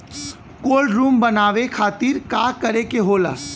Cold room बनावे खातिर का करे के होला?